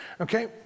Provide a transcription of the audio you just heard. Okay